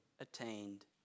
attained